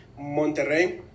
Monterrey